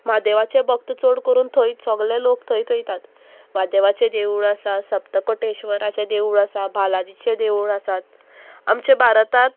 म्हादेवाचें भक्त चड करून थंयच सोगले लोक थंय थंयतात म्हादेवाचें देवूळ आसा सप्तकटेश्वराचें देवूळ आसा भालाजीचें देवूळ आसात आमचे भारतांत